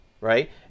right